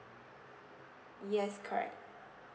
yes correct